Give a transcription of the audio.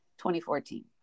2014